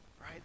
Right